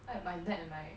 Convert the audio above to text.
my dad and like